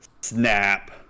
snap